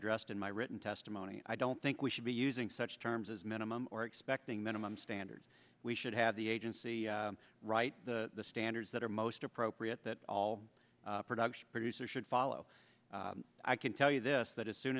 addressed in my written testimony i don't think we should be using such terms as minimum or expecting minimum standards we should have the agency write the standards that are most appropriate that all production producer should follow i can tell you this that as soon